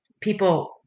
people